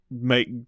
Make